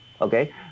okay